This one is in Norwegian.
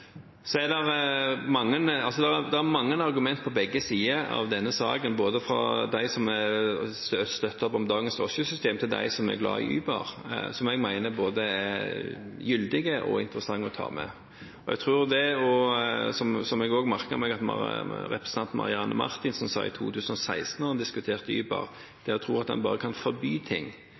er mange argumenter på begge sider av denne saken – fra dem som støtter opp om dagens drosjesystem, til dem som er glad i Uber – som jeg mener er både gyldige og interessante å ta med. Jeg tror – som jeg også merket meg at representanten Marianne Marthinsen sa i 2016 da en diskuterte Uber – at å tro at en bare kan forby ting,